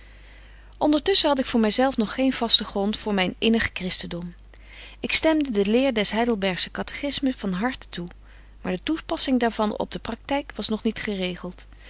ondertusschen had ik voor my zelf nog geen vasten grond voor myn innig christendom ik stemde de leer des heidelbergschen catechismus van harten toe maar de toepassing daar van op de praktyk was nog niet geregelt